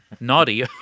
Naughty